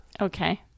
Okay